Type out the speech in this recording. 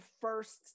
first